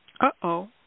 Uh-oh